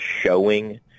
showing